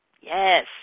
Yes